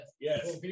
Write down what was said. Yes